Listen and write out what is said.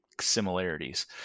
similarities